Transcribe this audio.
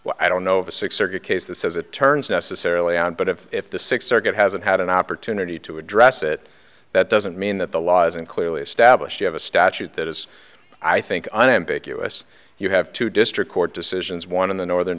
well i don't know of a six or a good case that says it turns necessarily on but if if the sixth circuit hasn't had an opportunity to address it that doesn't mean that the law isn't clearly established you have a statute that is i think unambiguous you have to district court decisions one in the northern